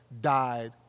died